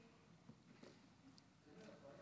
עשר דקות